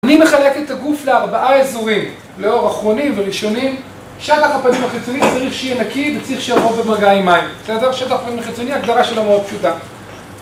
אני מחלק את הגוף לארבעה אזורים, לאור אחרונים וראשונים שטח הפנים החיצוני צריך שיהיה נקי וצריך שירות במגעי מים זה הדבר של שטח הפנים החיצוני, הגדרה שלו מאוד פשוטה